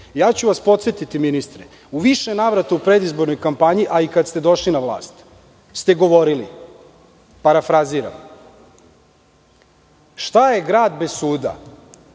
suprotno. Podsetiću vas ministre, u više navrata u predizbornoj kampanji, a kada ste došli na vlast ste govorili, parafraziram – šta je grad bez suda,